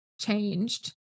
changed